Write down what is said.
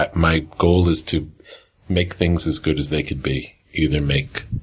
but my goal is to make things as good as they could be. either make